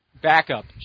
backup